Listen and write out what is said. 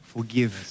Forgive